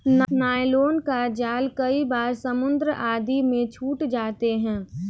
nylon का जाल कई बार समुद्र आदि में छूट जाते हैं